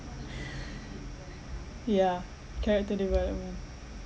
ya character development